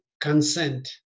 consent